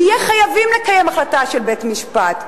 נהיה חייבים לקיים החלטה של בית-משפט.